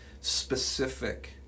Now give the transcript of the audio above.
specific